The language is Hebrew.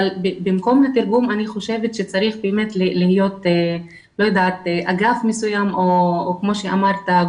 אבל במקום התרגום אני חושבת שצריך באמת להיות אגף מסוים או כמו שאמרת,